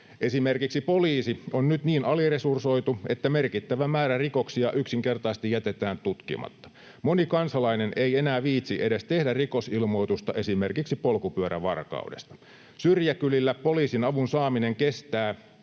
Esimerkiksi poliisi on nyt niin aliresursoitu, että merkittävä määrä rikoksia yksinkertaisesti jätetään tutkimatta. Moni kansalainen ei enää viitsi edes tehdä rikosilmoitusta esimerkiksi polkupyörävarkaudesta. Syrjäkylillä poliisin avun saaminen kestää,